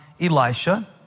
Elisha